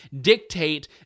dictate